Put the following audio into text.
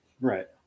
Right